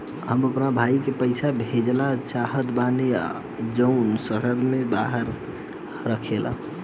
हम अपना भाई के पइसा भेजल चाहत बानी जउन शहर से बाहर रहेला